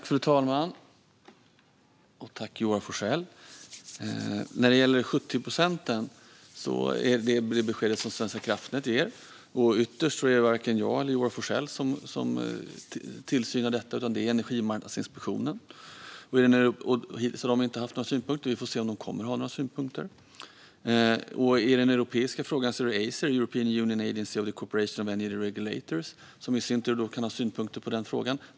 Fru talman! Tack, Joar Forssell! När det gäller de 70 procenten är det ett besked som Svenska kraftnät ger. Ytterst är det varken jag eller Joar Forssell som utövar tillsyn över det här, utan det gör Energimarknadsinspektionen. Hittills har de inte haft några synpunkter. Vi får se om de kommer att ha några synpunkter. I den europeiska frågan är det i sin tur Acer, European Union Agency for the Cooperation of Energy Regulators, som kan ha synpunkter på frågan.